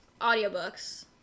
audiobooks